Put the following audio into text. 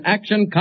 Action